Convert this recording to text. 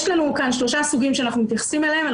יש לנו כאן שלושה סוגים שאנחנו מתייחסים אליהם: